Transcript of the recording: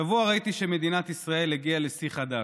השבוע ראיתי שמדינת ישראל הגיעה לשיא חדש.